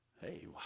Hey